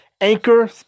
Anchor